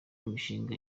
imishinga